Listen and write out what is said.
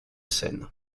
scène